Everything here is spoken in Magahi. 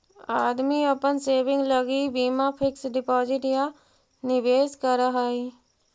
आदमी अपन सेविंग लगी बीमा फिक्स डिपाजिट या निवेश करऽ हई